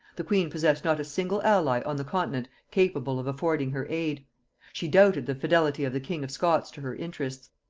the queen possessed not a single ally on the continent capable of affording her aid she doubted the fidelity of the king of scots to her interests,